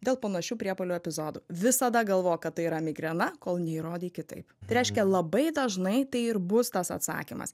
dėl panašių priepuolių epizodų visada galvok kad tai yra migrena kol neįrodei kitaip tai reiškia labai dažnai tai ir bus tas atsakymas